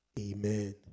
Amen